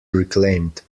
reclaimed